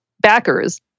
backers